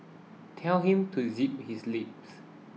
tell him to zip his lips